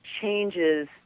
changes